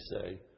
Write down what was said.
say